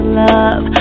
love